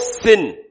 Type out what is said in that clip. sin